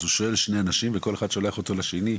אז הוא שואל שני אנשים וכל אחד שולח אותו לשני,